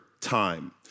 time